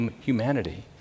humanity